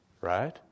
right